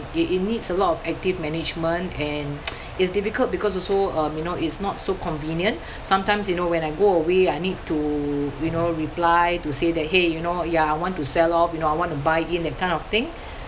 it it needs a lot of active management and it's difficult because also um you know it's not so convenient sometimes you know when I go away I need to you know reply to say that !hey! you know ya I want to sell off you know I want to buy in that kind of thing